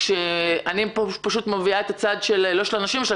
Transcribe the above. אני פשוט מביאה את הצד לא של הנשים אלא